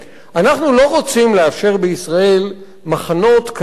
אנחנו לא רוצים לאפשר בישראל מחנות כאלה